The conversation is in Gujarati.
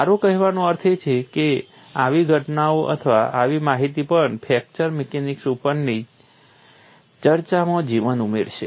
મારો કહેવાનો અર્થ એ છે કે આવી ઘટનાઓ અથવા આવી માહિતી પણ ફ્રેક્ચર મિકેનિક્સ ઉપરની ચર્ચામાં જીવન ઉમેરશે